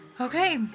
Okay